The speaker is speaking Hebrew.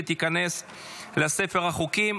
ותיכנס לספר החוקים.